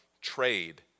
trade